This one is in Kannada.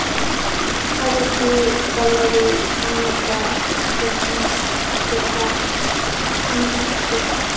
ಅದಿತಿ ಪಲ್ಲವಿ ಮೋನಿಕಾ ಸುಷ್ಮಾ ಉಷಾ ಕನಕ